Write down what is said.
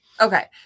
Okay